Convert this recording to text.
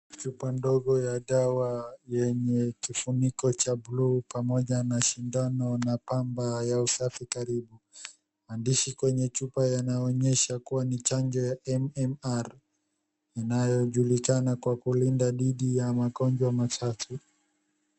Chupa ndogo ya dawa yenye kifuniko cha buluu pamoja na shindano na pamba ya usafi karibu. Maandishi kwenye chupa yanaonesha kuwa ni chanjo ya MMR inayojulikana kwa kulinda dhidi ya magonjwa matatu.